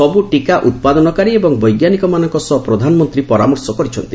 ସବୁ ଟିକା ଉତ୍ପାଦନକାରୀ ଏବଂ ବୈଜ୍ଞାନିକମାନଙ୍କ ସହ ପ୍ରଧାନମନ୍ତ୍ରୀ ପରାମର୍ଶ କରିଛନ୍ତି